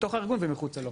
בתוך הארגון ומחוצה לו.